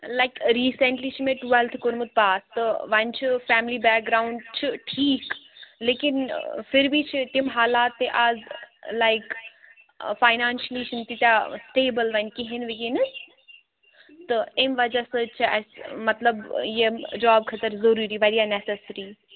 like recently چھُ مےٚ twelfth کوٚرمُت پاس تہٕ وۅنۍ چھُ فیملی بیک گرٛاوُنٛڈ چھُ ٹھیٖک لیکِن پھِر بی چھِ تِم حالات تہِ اَز لایِک فایِنانٛشٮ۪لی چھِنہٕ تیٖتیٛاہ سِٹیبٕل وۅنۍ کِہیٖنٛۍ وِِہیٖنٛۍ نہٕ تہٕ اَمہِ وَجہ سۭتۍ چھِ اسہِ مَطلب یِم جاب خٲطر ضروٗری واریاہ نٮ۪سیسِری